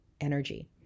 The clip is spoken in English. energy